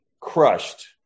crushed